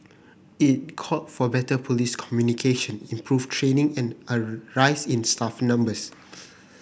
it called for better police communication improved training and a rise in staff numbers